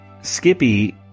Skippy